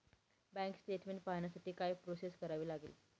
Bank statement पाहण्यासाठी काय process करावी लागेल?